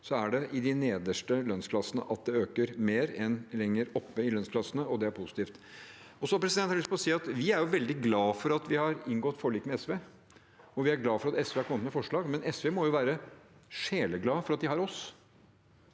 øker mer i de nederste lønnsklassene enn lenger oppe i lønnsklassene, og det er positivt. Så har jeg lyst til å si at vi er veldig glad for at vi har inngått forlik med SV, og vi er glad for at SV har kommet med forslag. Men SV må jo være sjeleglad for at de har oss,